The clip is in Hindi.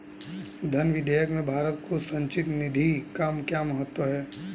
धन विधेयक में भारत की संचित निधि का क्या महत्व है?